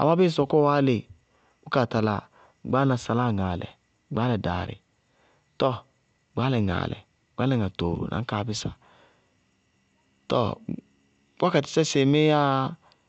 amá bíɩ ŋ sɔkɔɔ álɩ bʋ kaa tala gbaálaná saláa ŋaalɛ, gbaálɛ daarɩ, tɔɔ gbaálɛ ŋaalɛ gbaálɛná ŋatooro na ñ kaa bisá tɔɔ wákatɩsɛ sɩɩmí yáa sɛɛ nɔɔ.